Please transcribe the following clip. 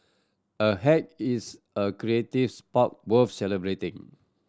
a hack is a creative spark worth celebrating